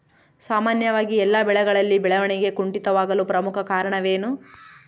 ಸಾಮಾನ್ಯವಾಗಿ ಎಲ್ಲ ಬೆಳೆಗಳಲ್ಲಿ ಬೆಳವಣಿಗೆ ಕುಂಠಿತವಾಗಲು ಪ್ರಮುಖ ಕಾರಣವೇನು?